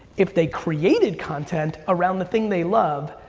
if they created content around the thing they love,